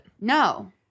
No